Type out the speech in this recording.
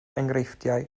enghreifftiol